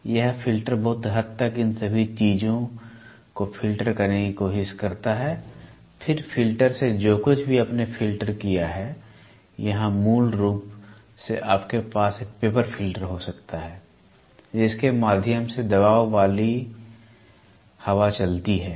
तो यह फ़िल्टर बहुत हद तक इन सभी चीज़ों को फ़िल्टर करने की कोशिश करता है फिर फ़िल्टर से जो कुछ भी आपने फ़िल्टर किया है यहाँ मूल रूप से आपके पास एक पेपर फ़िल्टर हो सकता है जिसके माध्यम से दबाव वाली हवा चलती है